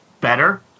better